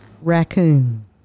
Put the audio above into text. raccoon